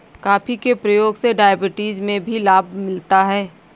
coffee के प्रयोग से डायबिटीज में भी लाभ मिलता है